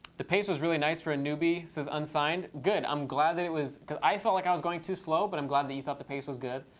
the pace was really nice for a newbie, says unsigned. good! i'm glad that it was because i felt like i was going too slow but i'm glad that you felt the pace was good.